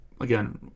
again